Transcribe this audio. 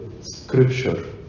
scripture